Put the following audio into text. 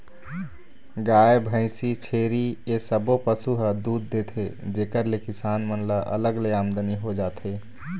गाय, भइसी, छेरी ए सब्बो पशु ह दूद देथे जेखर ले किसान मन ल अलग ले आमदनी हो जाथे